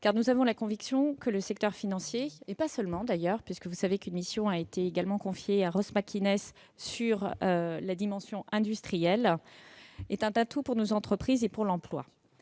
car nous avons la conviction que le secteur financier- et pas seulement celui-là, puisque, vous le savez, une mission a été confiée à Ross McInnes sur la dimension industrielle -est un atout pour nos entreprises et pour l'emploi.